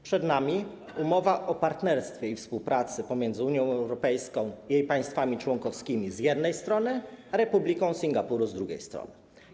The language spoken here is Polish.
Przed nami umowa o partnerstwie i współpracy pomiędzy Unią Europejską i jej państwami członkowskimi, z jednej strony, a Republiką Singapuru, z drugiej strony.